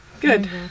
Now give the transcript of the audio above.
Good